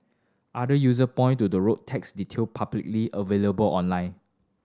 other user point to the road tax detail publicly available online